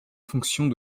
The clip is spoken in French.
fonctions